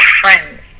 friends